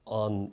on